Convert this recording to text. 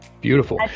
Beautiful